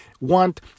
want